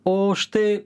o štai